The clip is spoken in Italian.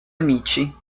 amici